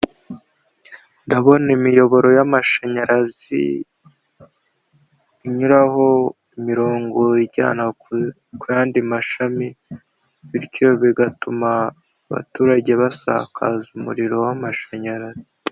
Ndabona imiyoboro y'amashanyarazi inyuraho imirongo ijyana ku yandi mashami bityo bigatuma abaturage basakaza umuriro w'amashanyarazi.